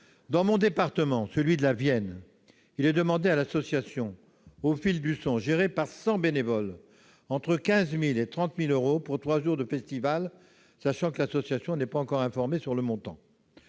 Dans mon département, la Vienne, il est demandé à l'association Au Fil du Son, gérée par 100 bénévoles, entre 15 000 et 30 000 euros pour trois jours de festival, sachant que cette association n'est pas encore informée du montant